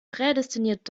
prädestiniert